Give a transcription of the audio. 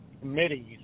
committees